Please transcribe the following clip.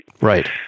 Right